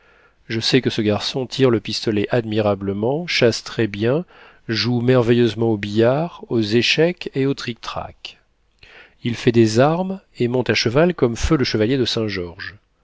je sais que ce garçon tire le pistolet admirablement chasse très-bien joue merveilleusement au billard aux échecs et au trictrac il fait des armes et monte à cheval comme feu le chevalier de